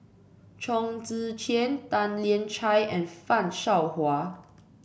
Chong Tze Chien Tan Lian Chye and Fan Shao Hua